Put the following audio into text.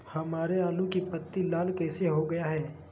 हमारे आलू की पत्ती लाल कैसे हो गया है?